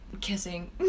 kissing